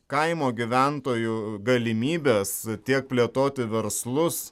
kaimo gyventojų galimybes tiek plėtoti verslus